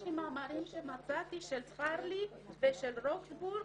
יש לי מאמרים שמצאתי של זכרלי ושל רוטבור,